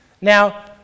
Now